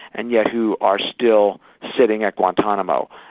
and yet who are still sitting at guantanamo,